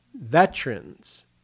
veterans